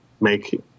make